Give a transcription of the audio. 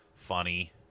Funny